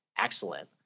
excellent